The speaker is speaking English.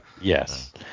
Yes